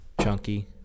Chunky